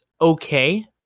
okay